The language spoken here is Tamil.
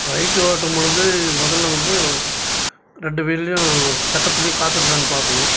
பைக்கு ஓட்டும்பொழுது முதல்ல வந்து ரெண்டு வீல்லேயும் சக்கரத்துலேயும் காற்று இருக்கானு பார்க்கணும்